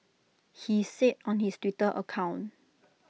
he said on his Twitter account